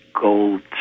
gold